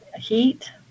heat